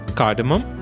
cardamom